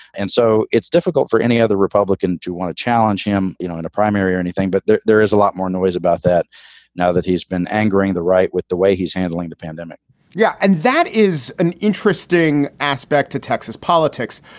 and so it's difficult for any other republican to want to challenge him you know in a primary or anything. but there there is a lot more noise about that now that he's been angering the right with the way he's handling the pandemic yeah, and that is an interesting aspect to texas politics.